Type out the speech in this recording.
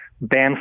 ban